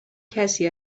کسی